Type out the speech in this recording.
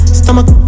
stomach